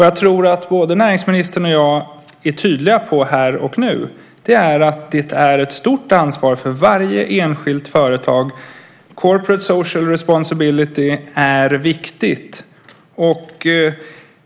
Jag tror att både näringsministern och jag är tydliga här och nu med att det är ett stort ansvar för varje enskilt företag. Corporate social responsibility är viktigt.